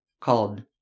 called